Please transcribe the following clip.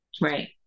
Right